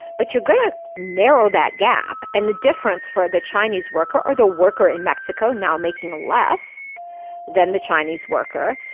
but you're gonna narrow that gap. and the difference for the chinese worker, or the worker in mexico now making less than the chinese worker,